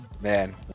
Man